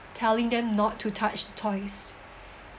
telling them not to touch the toys